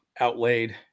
outlaid